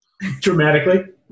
Dramatically